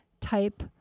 type